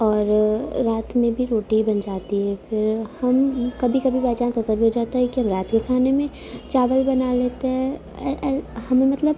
اور رات میں بھی روٹی ہی بن جاتی ہے پھر ہم کبھی کبھی بائی چانس ایسا بھی ہو جاتا ہے کہ ہم رات کے کھانے میں چاول بنا لیتے ہیں ہمیں مطلب